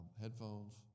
Headphones